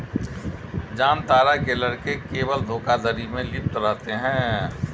जामतारा के लड़के केवल धोखाधड़ी में लिप्त रहते हैं